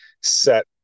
set